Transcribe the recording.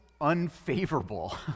unfavorable